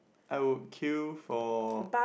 I would queue for